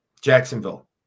Jacksonville